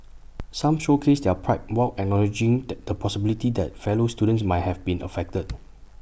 some showcased their pride while acknowledging the the possibility that fellow students might have been affected